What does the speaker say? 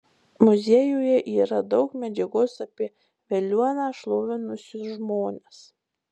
muziejuje yra daug medžiagos apie veliuoną šlovinusius žmones